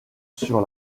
sur